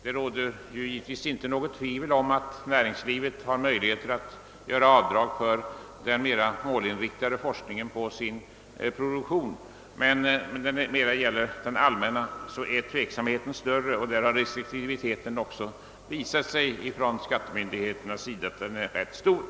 Det råder givetvis inget tvivel om att näringslivet kan göra avdrag för den mer målinriktade forskningen i och för sin produktion, men när det gäller den allmänna forskningen är tveksamheten större. Det har också visat sig att restriktiviteten från skattemyndigheternas sida är rätt stor.